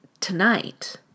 tonight